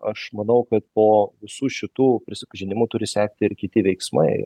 aš manau kad po visų šitų prisipažinimų turi sekti ir kiti veiksmai